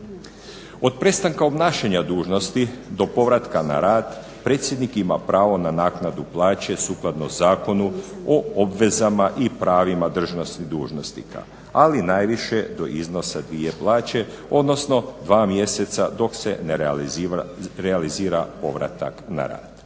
Od prestanka obnašanja dužnosti do povratka na rad predsjednik ima pravo na naknadu plaće sukladno Zakonu o obvezama i pravima državnih dužnosnika ali najviše do iznosa dvije plaće odnosno dva mjeseca dok se ne realizira povratak na rad.